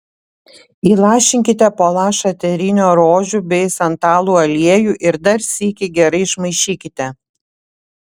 įlašinkite po lašą eterinio rožių bei santalų aliejų ir dar sykį gerai išmaišykite